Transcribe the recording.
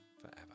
forever